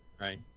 Right